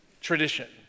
tradition